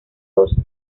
dos